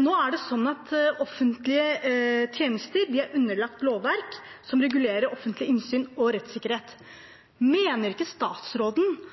Nå er det sånn at offentlige tjenester er underlagt lovverk som regulerer offentlig innsyn og rettssikkerhet. Mener ikke statsråden